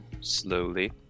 Slowly